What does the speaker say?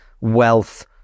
wealth